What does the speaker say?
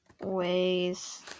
Ways